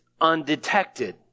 undetected